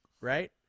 right